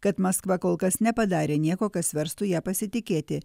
kad maskva kol kas nepadarė nieko kas verstų ja pasitikėti